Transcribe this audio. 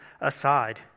aside